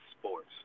sports